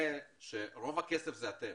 שרוב הכסף זה אתם.